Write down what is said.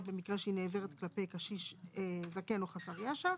במקרה שהיא נעברת כלפי קשיש זקן או חסר ישע.